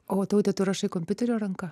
o taute tu rašai kompiuteriu ar ranka